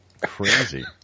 Crazy